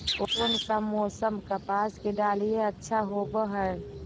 कोन सा मोसम कपास के डालीय अच्छा होबहय?